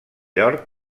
york